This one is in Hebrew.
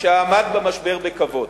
שעמד במשבר בכבוד.